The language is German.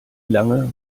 lange